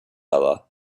other